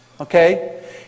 okay